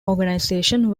organisation